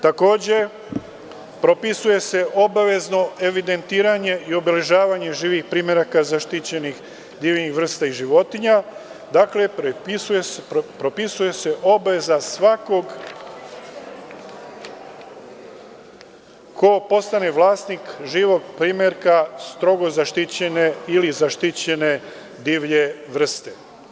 Takođe, propisuje se obavezno evidentiranje i obeležavanje živih primeraka zaštićenih divljih vrsta životinja, dakle, propisuje se obaveza svakog ko postane vlasnik živog primerka strogo zaštićene ili zaštićene divlje vrste.